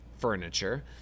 furniture